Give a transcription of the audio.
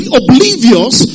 oblivious